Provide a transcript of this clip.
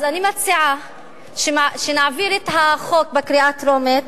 אז אני מציעה שנעביר את החוק בקריאה טרומית